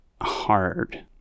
hard